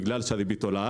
בגלל שהריבית עולה